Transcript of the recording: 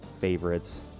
favorites